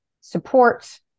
support